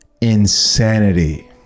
insanity